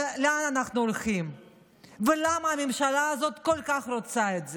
לאן אנחנו הולכים ולמה הממשלה הזאת כל כך רוצה את זה,